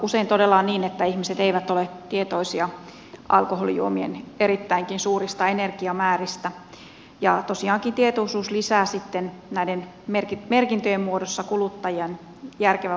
usein todella on niin että ihmiset eivät ole tietoisia alkoholijuomien erittäinkin suurista energiamääristä ja tosiaankin tietoisuus lisää sitten näiden merkintöjen muodossa kuluttajien järkevän valinnan mahdollisuuksia